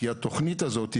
כי התכנית הזאת,